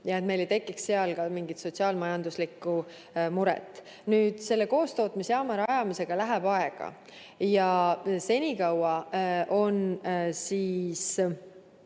ja et meil ei tekiks seal mingit sotsiaal-majanduslikku muret. Selle koostootmisjaama rajamisega läheb aega ja senikaua on surve